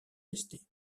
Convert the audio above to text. resté